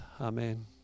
Amen